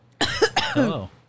Hello